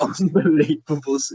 unbelievable